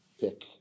pick